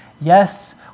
yes